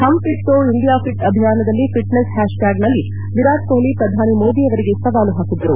ಪಮ್ fit ತೋ India fit ಅಭಿಯಾನದಲ್ಲಿ fitness hash ಟ್ಯಾಗ್ನಲ್ಲಿ ವಿರಾಟ್ ಕೊಹ್ಲಿ ಪ್ರಧಾನಿ ಮೋದಿ ಅವರಿಗೆ ಸವಾಲು ಹಾಕಿದ್ದರು